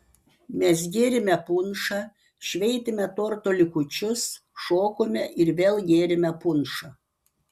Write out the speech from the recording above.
mes gėrėme punšą šveitėme torto likučius šokome ir vėl gėrėme punšą